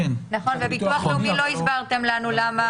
נכון וביטוח לאומי לא יתבע אותם למה